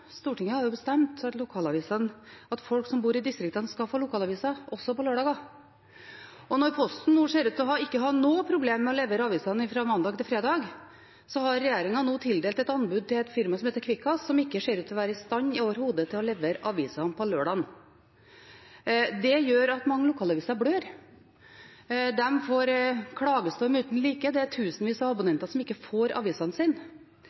Stortinget har bestemt at folk som bor i distriktene, skal få lokalaviser også på lørdager. Når Posten ser ut til ikke å ha noen problemer med å levere avisene fra mandag til fredag, har regjeringen tildelt et anbud til et firma som heter Kvikkas, som ikke ser ut til å være i stand overhodet til å levere avisene på lørdag. Det gjør at mange lokalaviser blør. De får en klagestorm uten like, det er tusenvis av abonnenter som ikke får avisene